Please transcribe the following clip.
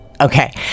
Okay